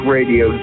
Radio